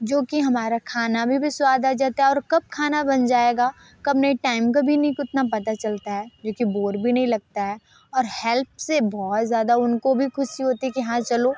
जो कि हमारा खाना भी भी स्वाद आ जाता है और कब खाना बन जाएगा कब नहीं टाइम कभी नहीं उतना पता चलता है जो कि बोर भी नहीं लगता है और हेल्प से बहुत ज़्यादा उनको भी ख़ुशी होती है कि हाँ चलो